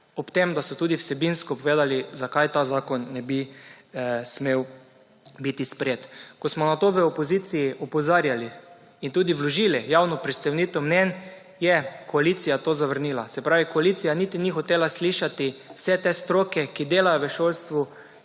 ob tem, da so tudi vsebinsko povedali zakaj ta zakon ne biti sprejet. Ko smo na to v opoziciji opozarjali in tudi vložili javno predstavitev mnenj je koalicija to zavrnila, se pravi koalicija niti ni hotela slišati vse te stroke, ki delajo v šolstvo,